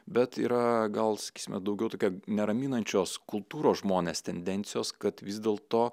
bet yra gal sakysime daugiau tokia neraminančios kultūros žmones tendencijos kad vis dėlto